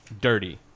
dirty